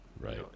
Right